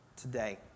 today